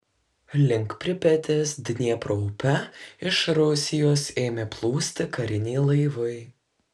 link pripetės dniepro upe iš rusijos ėmė plūsti kariniai laivai